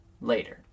later